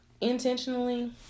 intentionally